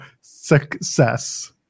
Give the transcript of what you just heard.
Success